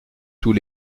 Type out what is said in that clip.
tous